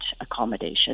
accommodation